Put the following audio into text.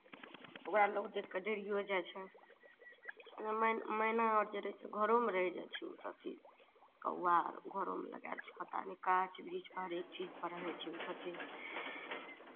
ओकरा लोक देखि कऽ डरियो जाइ छै मै मैना अर जे रहै छै घरोमे रहि जाइ छै ओ सभ जीव कौआ घरोमे लगाइ छै खोता गाछ वृक्ष हरेक चीजपर रहै छै ओसभ चीज